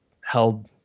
held